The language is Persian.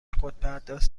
خودپرداز